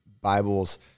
Bibles